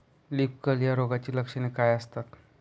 Leaf curl या रोगाची लक्षणे काय असतात?